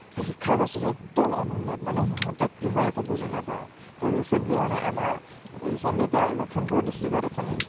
এই শিক্ষা ব্য়ৱস্থাটো একদম অনুন্নত মানে সিহঁতে কি হয় একো বুজি নাপাই তো ৰিচেন্টলি মানে আমাৰ ৰিচেন্টলি এতিয়া লখিমপুৰৰ ডিষ্ট্ৰিকত এখন